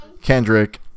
Kendrick